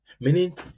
meaning